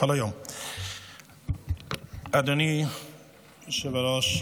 אדוני היושב-ראש,